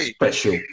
special